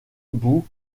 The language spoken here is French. bou